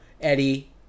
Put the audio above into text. Eddie